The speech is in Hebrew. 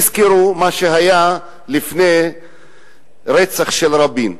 תזכרו מה שהיה לפני הרצח של רבין.